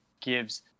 gives